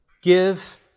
Give